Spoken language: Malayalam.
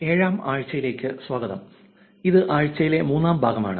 ഏഴാം ആഴ്ചയിലേക്ക് സ്വാഗതം ഇത് ആഴ്ചയിലെ മൂന്നാം ഭാഗമാണ്